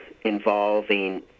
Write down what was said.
involving